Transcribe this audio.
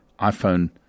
iPhone